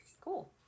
cool